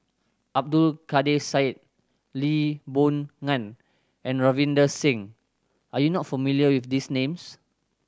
Abdul Kadir Syed Lee Boon Ngan and Ravinder Singh are you not familiar with these names